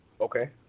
Okay